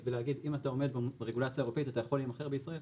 אם אתה עומד ברגולציה האירופאית אתה יכול להימכר בישראל,